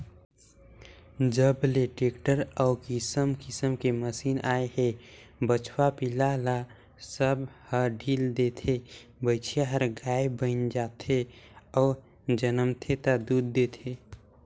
जब ले टेक्टर अउ किसम किसम के मसीन आए हे बछवा पिला ल सब ह ढ़ील देथे, बछिया हर गाय बयन जाथे अउ जनमथे ता दूद देथे